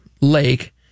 lake